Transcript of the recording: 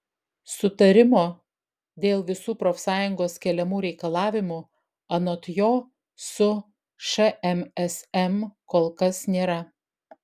sutarimo dėl visų profsąjungos keliamų reikalavimų anot jo su šmsm kol kas nėra